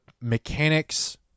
mechanics